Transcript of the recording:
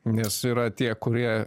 nes yra tie kurie